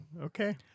Okay